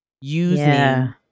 using